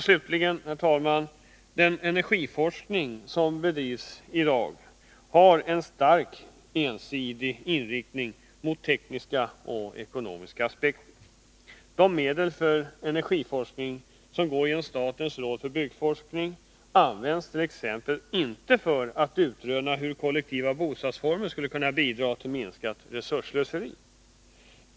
Slutligen, herr talman, vill jag säga att den energiforskning som bedrivs i dag har en starkt ensidig inriktning mot tekniska och ekonomiska aspekter. De medel för energiforskning som går genom statens råd för byggnadsforskning används t.ex. inte för att utröna hur kollektiva bostadsformer skulle kunna bidra till minskat resursslöseri.